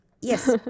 Yes